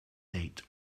date